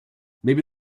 maybe